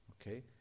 okay